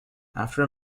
after